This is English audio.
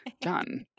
done